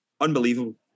unbelievable